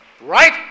right